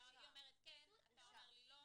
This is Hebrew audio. היא אומרת כן, אתה אומר לי לא.